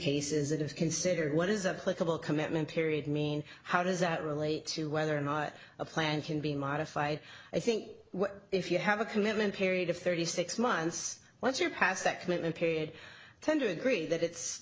cases that have considered what is a political commitment period mean how does that relate to whether or not a plan can be modified i think if you have a commitment period of thirty six months once you're past that commitment period tend to agree that it's